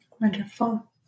Wonderful